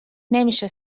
نمیشه